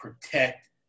Protect